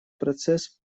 процесс